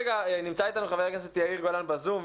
נמצא איתנו חבר הכנסת יאיר גולן בזום.